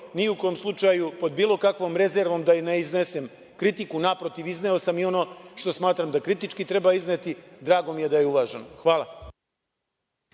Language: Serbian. ni u kom slučaju pod bilo kakvom rezervom da je ne iznesem, kritiku. Naprotiv, izneo sam ono što kritički treba izneti i drago mi je da je uvaženo. Hvala